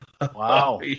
wow